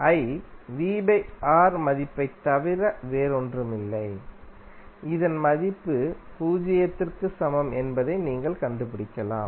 I மதிப்பைத் தவிர வேறொன்றுமில்லை இதன் மதிப்பு பூஜ்ஜியத்திற்கு சமம் என்பதைநீங்கள் கண்டுபிடிக்கலாம்